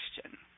question